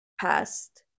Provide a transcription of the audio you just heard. past